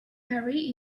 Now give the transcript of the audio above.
perry